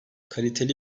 kaliteli